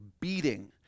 beating